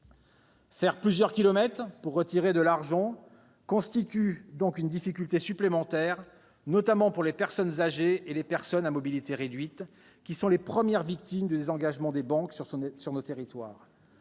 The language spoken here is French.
Faire plusieurs kilomètres pour retirer de l'argent constitue donc une difficulté supplémentaire, notamment pour les personnes âgées et les personnes à mobilité réduite, qui sont les premières victimes du désengagement des banques sur nos territoires.